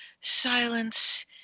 silence